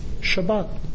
Shabbat